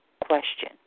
question